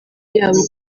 yabo